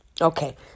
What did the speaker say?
Okay